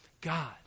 God